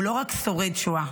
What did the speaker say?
הוא לא רק שורד שואה,